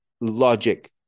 logic